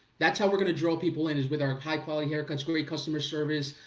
that's how we're gonna draw people in is with our high quality haircuts, great customer service,